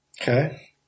Okay